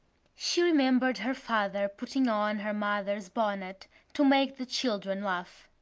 she remembered her father putting on her mother's bonnet to make the children laugh.